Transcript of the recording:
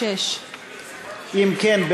26. אם כן,